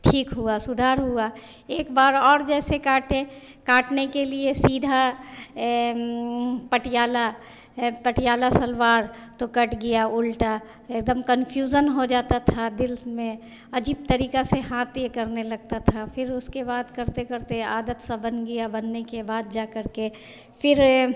ठीक हुआ सुधार हुआ एक बार और जैसे काटे काटने के लिए सीधा ए पटियाला पटियाला सलवार तो कट गिया उल्टा एक दम कंफ्यूजन हो जाता था दिल में अजीब तरीक़े से हाथ यह करने लगता था फिर उसके बाद करते करते आदत सी बन गया बनने के बाद जा करके फिर